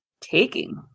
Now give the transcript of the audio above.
Taking